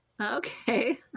Okay